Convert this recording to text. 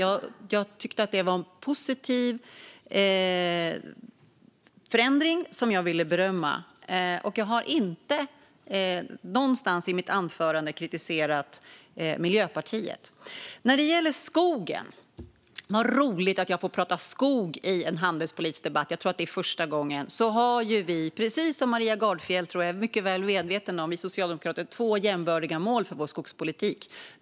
Jag tyckte att det var en positiv förändring som jag ville berömma. Jag har inte heller någonstans i mitt anförande kritiserat Miljöpartiet. När det gäller skogen - vad roligt att jag får prata skog i en handelspolitisk debatt; jag tror att det är första gången - har vi socialdemokrater, som jag tror att Maria Gardfjell är mycket väl medveten om, två jämbördiga mål för vår skogspolitik.